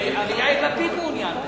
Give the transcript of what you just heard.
הרי יאיר לפיד מעוניין בזה.